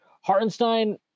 Hartenstein